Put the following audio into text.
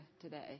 today